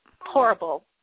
horrible